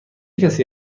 کسی